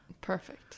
Perfect